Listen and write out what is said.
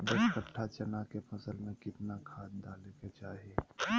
दस कट्ठा चना के फसल में कितना खाद डालें के चाहि?